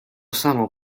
samo